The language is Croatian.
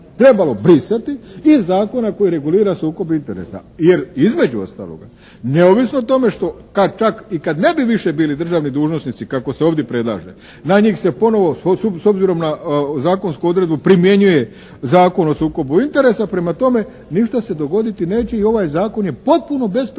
trebalo brisati iz zakona koji regulira sukob interesa. Jer između ostaloga neovisno o tome što, pa čak i kada ne bi više bili državni dužnosnici kako se ovdje predlaže, na njih se ponovo s obzirom na zakonsku odredbu primjenjuje Zakon o sukobu interesa. Prema tome, ništa se dogoditi neće i ovaj zakon je potpuno bespredmetan